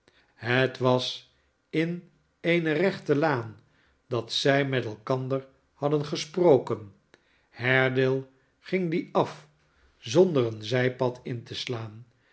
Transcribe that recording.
het was in eene rechte laan dat zij met elkander hadden gesproken haredale ging die af zonder een zijpadjn te slaan